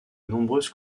nombreuses